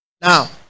now